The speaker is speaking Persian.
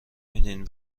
میدین